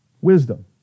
Wisdom